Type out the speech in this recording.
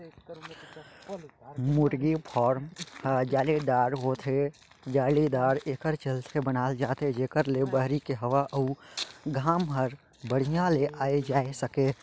मुरगी फारम ह जालीदार होथे, जालीदार एकर चलते बनाल जाथे जेकर ले बहरी के हवा अउ घाम हर बड़िहा ले आये जाए सके